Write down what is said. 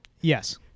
Yes